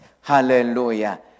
Hallelujah